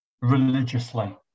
Religiously